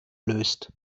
löst